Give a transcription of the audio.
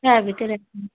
হ্যাঁ ভিতরে আসুন